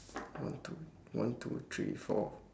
one two one two three four